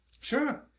Sure